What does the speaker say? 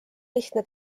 lihtne